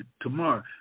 tomorrow